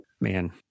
Man